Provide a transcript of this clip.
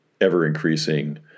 ever-increasing